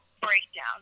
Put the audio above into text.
breakdown